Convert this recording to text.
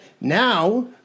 now